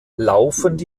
laufend